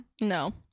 No